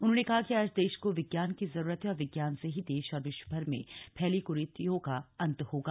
उन्होंने कहा कि आज देश को विज्ञान की जरूरत है और विज्ञान से ही देश और विश्वभर में फैली कुरीतियों का अंत होगा